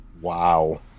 Wow